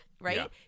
right